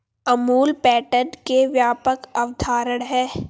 Amul pattern एक व्यापक अवधारणा है